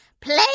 Play